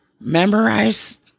memorize